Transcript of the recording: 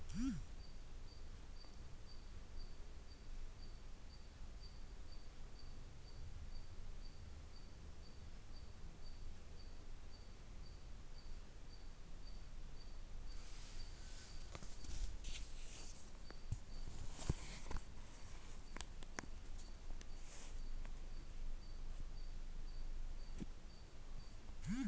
ನಾವು ಯಾರಿಗಾದರೂ blank cheque ಕೊಡೋದ್ರಿಂದ ಮುಂದೆ ಕಷ್ಟ ಅನುಭವಿಸಬೇಕಾಗುತ್ತದೆ